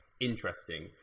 interesting